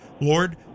Lord